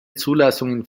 zulassungen